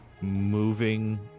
Moving